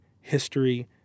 history